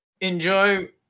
enjoy